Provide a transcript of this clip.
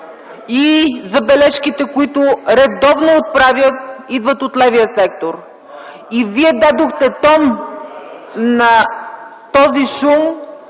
и забележките, които редовно се отправят, идват от левия сектор. Вие дадохте тон за този шум